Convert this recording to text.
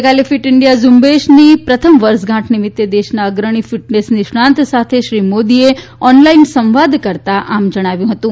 ગઈકાલે fit India ઝુંબેશની પ્રથમ વર્ષગાંઠ નિમિત્ત દેશના અગ્રણી ફિટનેસ નિષ્ણાંત સાથે શ્રી મોદીએ ઓનલાઇન સંવાદ કરતાં આમ જણાવ્યુ હતું